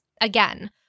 Again